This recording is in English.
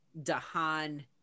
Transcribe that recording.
dahan